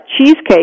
cheesecake